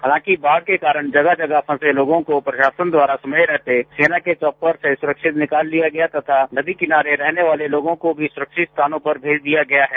हालांकि बाढ़ के कारण जगह जगह फंसे लोगो को प्रशासन दवारा समय रहते सेना के चौपर से सुरक्षित निकाल लिया गया तथा नदी किनारे रहने वाले लोगो को भी सुरक्षित स्थानो पर भेज दिया गया है